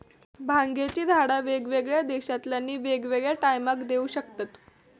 भांगेची झाडा वेगवेगळ्या देशांतल्यानी वेगवेगळ्या टायमाक येऊ शकतत